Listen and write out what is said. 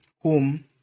home